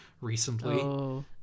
recently